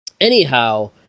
Anyhow